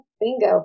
Bingo